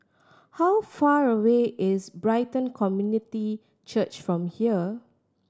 how far away is Brighton Community Church from here